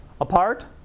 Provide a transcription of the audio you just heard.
apart